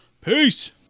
peace